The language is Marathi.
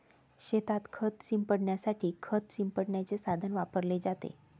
शेतात खत शिंपडण्यासाठी खत शिंपडण्याचे साधन वापरले जाते